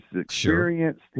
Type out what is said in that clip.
experienced